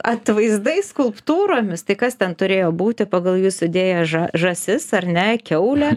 atvaizdais skulptūromis tai kas ten turėjo būti pagal jūsų įdėją žą žąsis ar ne kiaulė